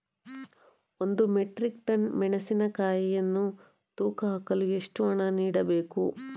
ಒಂದು metric tonne ಮೆಣಸಿನಕಾಯಿಯನ್ನು ತೂಕ ಹಾಕಲು ಎಷ್ಟು ಹಣ ನೀಡಬೇಕು?